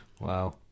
wow